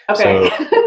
okay